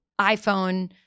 iPhone